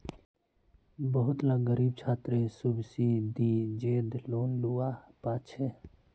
बहुत ला ग़रीब छात्रे सुब्सिदिज़ेद लोन लुआ पाछे